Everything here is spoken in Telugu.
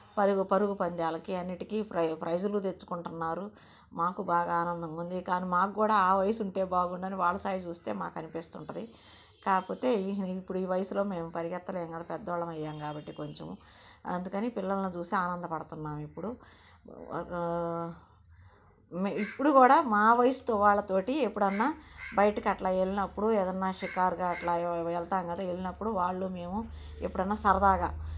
పరుగు పరుగు పందాలకి అన్నింటికీ ప్రై ప్రైజులు తెచ్చుకుంటున్నారు మాకు బాగా ఆనందంగా ఉంది కానీ మాకు కూడా ఆ వయసు ఉంటే బాగుండని వాళ్ళ స్థాయి చూస్తే మాకు అనిపిస్తుంటుంది కాకపోతే ఇప్పుడు ఈ వయసులో మేము పరిగెత్తలేము కదా పెద్ద వాళ్ళము అయ్యాము కాబట్టి కొంచము అందుకని పిల్లలని చూసి ఆనంద పడుతున్నాము ఇప్పుడు ఇప్పుడు కూడా మా వయసు వాళ్ళతో ఎప్పుడైనా బయటకి అలా వెళ్ళినప్పుడు ఏదైనా షికారుకు అలా వెళతాము కదా వెళ్ళినప్పుడు వాళ్ళు మేము ఎప్పుడైనా సరదాగా